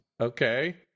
Okay